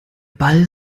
ball